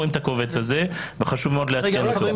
חשוב לעדכן את זה.